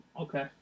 Okay